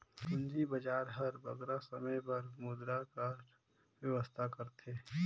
पूंजी बजार हर बगरा समे बर मुद्रा कर बेवस्था करथे